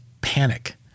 panic